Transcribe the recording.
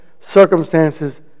circumstances